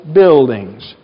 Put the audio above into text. buildings